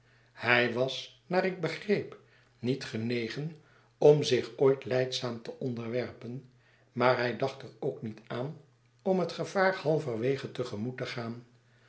hij was naar ik begreep niet genegen om zich ooit lijdzaam te onderwerpen maar hij dacht er ook niet aan om het gevaar halverwege te gemoet te gaan